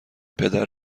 پدر